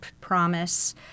promise